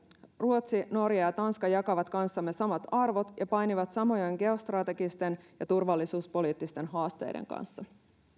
ruotsi norja ja tanska jakavat kanssamme samat arvot ja painivat samojen geostrategisten ja turvallisuuspoliittisten haasteiden kanssa